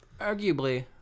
arguably